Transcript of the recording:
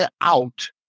out